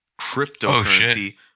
Cryptocurrency